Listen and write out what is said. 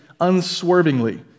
unswervingly